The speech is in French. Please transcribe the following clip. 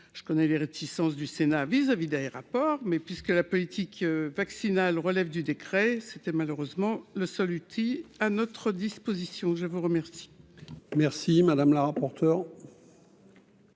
je connais les réticences du Sénat vis-à-vis d'Aeroports mais puisque la politique vaccinale relève du décret c'était malheureusement le seul outil à notre disposition, je vous remercie. Merci madame la rapporteure.